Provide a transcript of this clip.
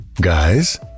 Guys